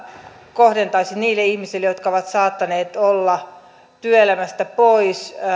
kohdentuisi niille ihmisille jotka ovat saattaneet olla työelämästä pois